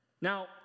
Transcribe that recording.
Now